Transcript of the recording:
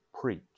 preach